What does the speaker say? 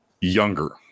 younger